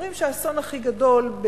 אומרים שהאסון הכי גדול,